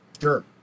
Sure